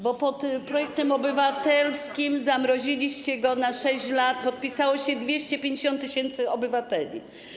Bo pod projektem obywatelskim - zamroziliście go na 6 lat - podpisało się 250 tys. obywateli.